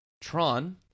Tron